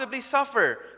suffer